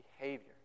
behavior